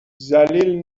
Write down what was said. ذلیل